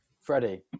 Freddie